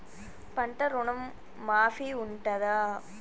పంట ఋణం మాఫీ ఉంటదా?